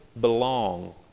belong